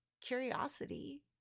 curiosity